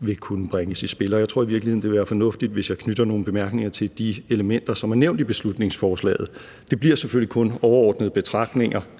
vil kunne bringes i spil. Jeg tror i virkeligheden, det vil være fornuftigt, hvis jeg knytter nogle bemærkninger til de elementer, som er nævnt i beslutningsforslaget. Det bliver selvfølgelig kun overordnede betragtninger,